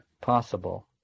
possible